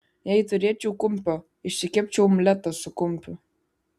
jei turėčiau kumpio išsikepčiau omletą su kumpiu